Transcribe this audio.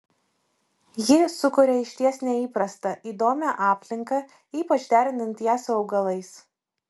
ji sukuria išties neįprastą įdomią aplinką ypač derinant ją su augalais